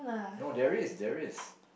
no there is there is